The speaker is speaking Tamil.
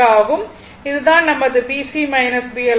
இது தான் நமது BC BL ஆகும்